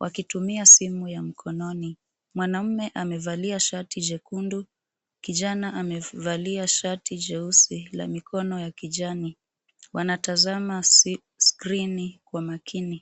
wakitumia simu ya mkononi. Mwanaume amevalia shati jekundu kijana amevali shati jeusi la mikono ya kijani. Wanatazama skrini kwa makini.